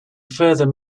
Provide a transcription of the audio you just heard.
further